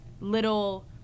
little